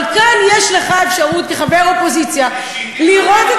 אבל כאן יש לך אפשרות, כחבר אופוזיציה, וכשהתאים